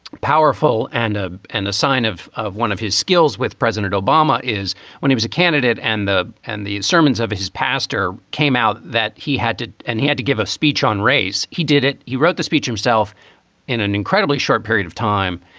powerful and a and a sign of of one of his skills with president obama is when he was a candidate and the and the sermons of his pastor came out that he had to and he had to give a speech on race. he did it. he wrote the speech himself in an incredibly short period of time.